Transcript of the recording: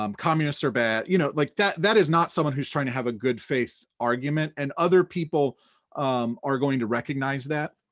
um communists are bad, you know like that that is not someone who's trying to have a good faith argument, and other people are going to recognize that